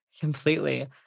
completely